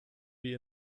wie